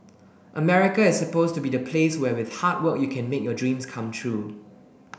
America is supposed to be the place where with hard work you can make your dreams come true